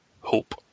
hope